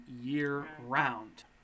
year-round